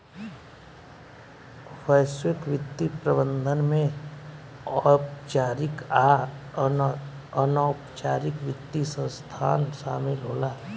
वैश्विक वित्तीय प्रबंधन में औपचारिक आ अनौपचारिक वित्तीय संस्थान शामिल होला